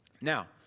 Now